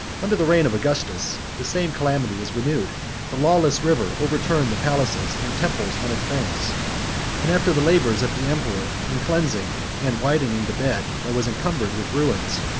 under the reign of augustus, the same calamity was renewed the lawless river overturned the palaces and temples on its banks and, after the labors of the emperor in cleansing and widening the bed that was encumbered with ruins,